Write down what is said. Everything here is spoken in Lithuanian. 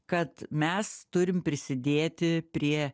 kad mes turim prisidėti prie